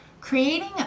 creating